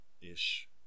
Ish